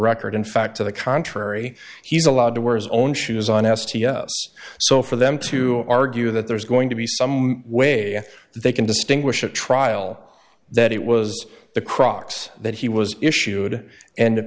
record in fact to the contrary he's allowed to wear his own shoes on s t s so for them to argue that there's going to be some way they can distinguish a trial that it was the crux that he was issued and